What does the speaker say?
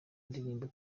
indirimbo